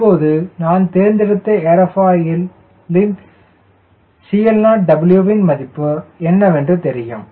இப்போது நான் தேர்ந்தெடுத்த ஏரோஃபைலின் CL0Wயின் மதிப்பு என்னவென்று தெரியும்